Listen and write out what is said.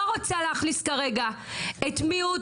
אני לא רוצה להכניס כרגע את מיעוט